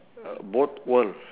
uh both world